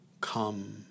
come